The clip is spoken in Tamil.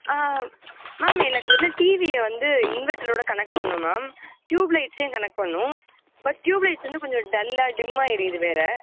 மேம் எனக்கு வந்து டிவியை வந்து இன்வெர்ட்டரோட கனெக்ட் பண்ணனும் மேம் ட்யூப்லைட்ஸயும் கனெக்ட் பண்ணனும் பட் ட்யூப்லைட்ஸ் வந்து கொஞ்சம் டல்லாக டிம்மாக எரியுது வேறு